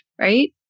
right